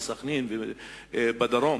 וסח'נין בדרום,